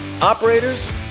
operators